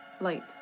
light